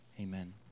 Amen